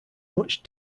much